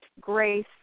Grace